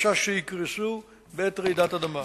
מחשש שיקרסו בעת רעידת אדמה.